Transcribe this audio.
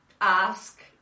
ask